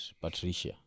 Patricia